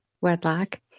wedlock